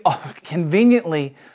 conveniently